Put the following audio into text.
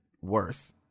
worse